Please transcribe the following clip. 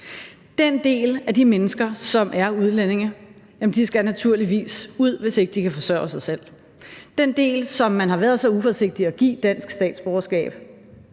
Den del af de mennesker, som er udlændinge, skal naturligvis ud, hvis de ikke kan forsørge sig selv. Den del, som man har været så uforsigtig at give dansk statsborgerskab,